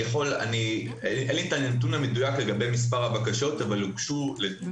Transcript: אין לי הנתון המדויק לגבי מספר הבקשות אבל הוגשו לדעתי